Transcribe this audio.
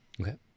okay